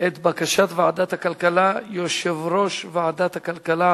את בקשת ועדת הכלכלה יושב-ראש ועדת הכלכלה